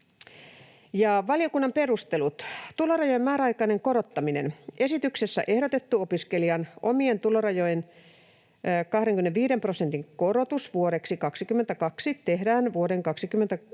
valiokunnan perustelut: Tulorajojen määräaikainen korottaminen: Esityksessä ehdotettu opiskelijan omien tulorajojen 25 prosentin korotus vuodeksi 22 tehdään vuoden 21